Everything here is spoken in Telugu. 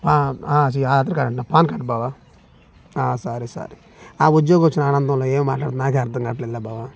చీ ఆధార్ కార్డ్ అంటున్నాను పాన్ కార్డ్ బావా సరే సరే ఆ ఉద్యోగం వచ్చిన ఆనందంలో ఏం మాట్లాడుతున్నానో నాకే అర్థం కావట్లేదులే బావ